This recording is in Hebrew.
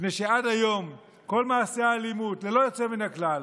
מפני שעד היום כל מעשי האלימות ללא יוצא מן הכלל,